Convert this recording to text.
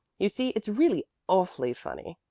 you see it's really awfully funny.